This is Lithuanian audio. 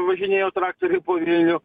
važinėjo traktoriai po vilnių